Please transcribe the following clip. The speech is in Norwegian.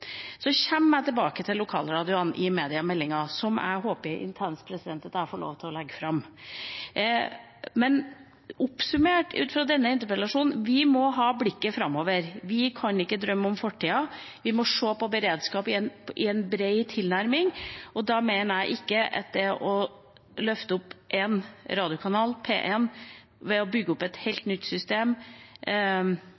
Så kommer jeg tilbake til lokalradioene i mediemeldinga, som jeg håper intenst at jeg får lov til å legge fram. Oppsummert ut fra denne interpellasjonen: Vi må ha blikket rettet framover. Vi kan ikke drømme om fortida. Vi må se på beredskap i en bred tilnærming, og da mener jeg at det å løfte opp én radiokanal, P1, ved å bygge opp et helt